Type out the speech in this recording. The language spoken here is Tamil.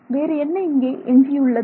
வேறு என்ன இங்கே எஞ்சியுள்ளது